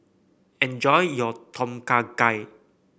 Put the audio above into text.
enjoy your Tom Kha Gai